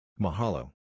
Mahalo